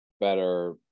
Better